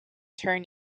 turn